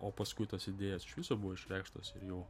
o paskui tos idėjos iš viso buvo išreikštos ir jau